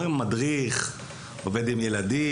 אומרים מדריך, עובד עם ילדים.